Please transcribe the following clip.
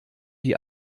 die